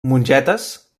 mongetes